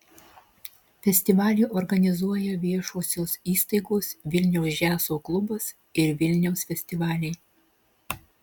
festivalį organizuoja viešosios įstaigos vilniaus džiazo klubas ir vilniaus festivaliai